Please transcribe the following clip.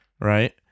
right